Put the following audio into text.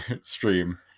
stream